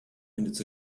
minutes